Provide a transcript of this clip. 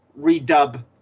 redub